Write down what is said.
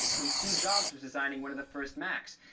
when steve jobs was designing one of the first macs,